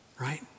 Right